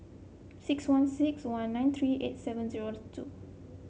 six one six one nine three eight seven zero two